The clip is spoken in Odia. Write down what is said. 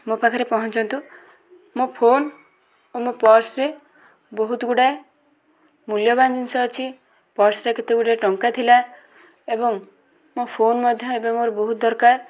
ମୋ ପାଖରେ ପହଞ୍ଚନ୍ତୁ ମୋ ଫୋନ୍ ଆଉ ମୋ ପର୍ସ୍ରେ ବହୁତଗୁଡ଼ାଏ ମୂଲ୍ୟବାନ ଜିନିଷ ଅଛି ପର୍ସରେ କେତେଗୁଡ଼ିଏ ଟଙ୍କା ଥିଲା ଏବଂ ମୋ ଫୋନ୍ ମଧ୍ୟ ଏବେ ମୋର ବହୁତ ଦରକାର